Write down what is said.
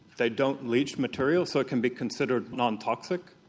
they don't leach material, so it can be considered non-toxic.